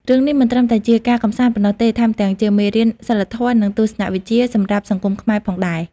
រឿងនេះមិនត្រឹមតែជាការកម្សាន្តប៉ុណ្ណោះទេ ថែមទាំងជាមេរៀនសីលធម៌ នឹងទស្សនវិជ្ជាសម្រាប់សង្គមខ្មែរផងដែរ ។